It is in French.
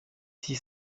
six